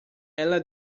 ela